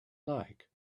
like